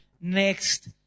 Next